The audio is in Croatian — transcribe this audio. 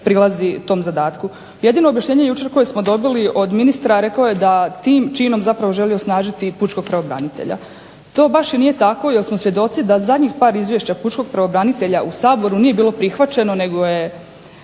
prilazi tom zadatku. Jedino objašnjenje koje smo jučer dobili od ministra rekao je da tim činom želi osnažiti pučkog pravobranitelja. To baš i nije tako jer smo svjedoci da zadnjih par izvješća pučkog pravobranitelja u Saboru nije bilo prihvaćeno nego je